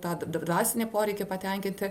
tą d dvasinį poreikį patenkinti